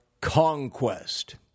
conquest